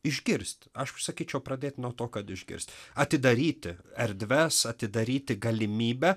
išgirsti aš sakyčiau pradėt nuo to kad užkirst atidaryti erdves atidaryti galimybę